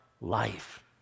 life